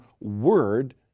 word